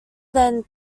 than